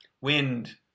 Wind